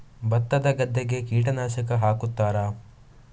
ಭತ್ತದ ಗದ್ದೆಗೆ ಕೀಟನಾಶಕ ಹಾಕುತ್ತಾರಾ?